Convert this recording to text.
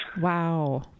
Wow